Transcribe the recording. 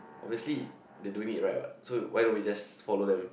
obviously they doing it right what so why don't we just follow them